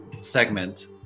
segment